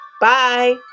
Bye